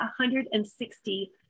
160